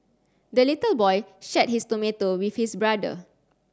the little boy shared his tomato with his brother